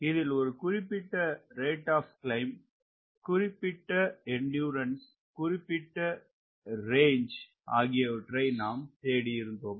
இதில் ஒரு குறிப்பிட்ட ரேட் ஆப் கிளைம் குறிப்பிட்ட எண்டியூரன்ஸ் குறிப்பிட்ட ரேஞ்ச் ஆகியவற்றை நாம் தேடியிருந்தோம்